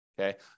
okay